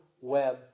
web